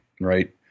right